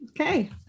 Okay